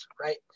right